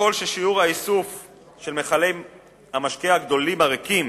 ככל ששיעור האיסוף של מכלי המשקה הגדולים הריקים